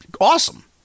awesome